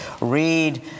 read